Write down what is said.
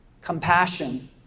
compassion